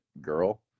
Girl